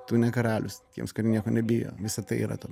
tu ne karalius tiems kurie nieko nebijo visa tai yra ten